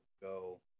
go